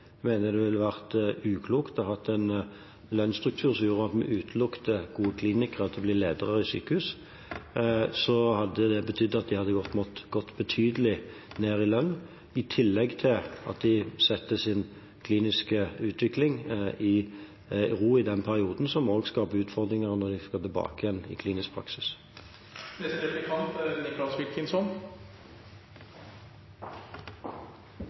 mener er klokt, mener jeg det ville vært uklokt å ha en lønnsstruktur som gjorde at vi utelukket gode klinikere fra å bli ledere i sykehusene. Det hadde betydd at de hadde gått betydelig ned i lønn, i tillegg til at de hadde satt sin kliniske utvikling i ro i den perioden, noe som også skaper utfordringer når de skal tilbake igjen i